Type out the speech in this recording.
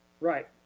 Right